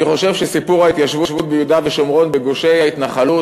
אני חושב שסיפור ההתיישבות ביהודה ושומרון בגושי ההתנחלות,